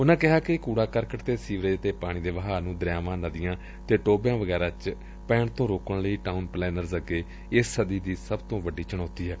ਉਨਾਂ ਕਿਹਾ ਕਿ ਕੁੜਾ ਕਰਕਟ ਅਤੇ ਸੀਵਰੇਜ ਦੇ ਪਾਣੀ ਦੇ ਵਹਾਅ ਨੂੰ ਦਰਿਆਵਾਂ ਨਦੀਆਂ ਤੇ ਟੋਭਿਆਂ ਵਿੱਚ ਪੈਣ ਤੋਂ ਰੋਕਣ ਲਈ ਟਾਉਨ ਪਲੈਨਰਜ਼ ਅੱਗੇ ਇਸ ਸਦੀ ਦਾ ਸਭ ਤੋਂ ੱੱ ਹਿਮ ਮੁੱਦਾ ਏ